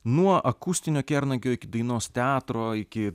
nuo akustinio kernagio iki dainos teatro iki